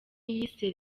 yise